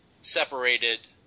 separated